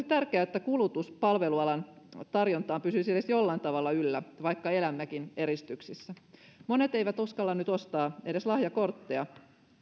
tärkeää että kulutus palvelualan tarjontaan pysyisi edes jollain tavalla yllä vaikka elämmekin eristyksissä monet eivät uskalla nyt ostaa edes lahjakortteja